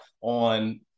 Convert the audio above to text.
on